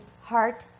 heart